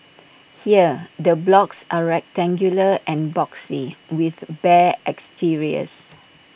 here the blocks are rectangular and boxy with bare exteriors